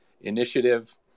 Initiative